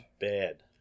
bad